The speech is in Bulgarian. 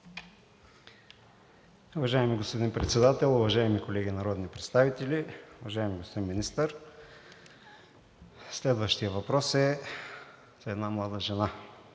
Уважаеми господин Председател, уважаеми колеги народни представители! Уважаеми господин Министър, следващият въпрос е за една млада жена.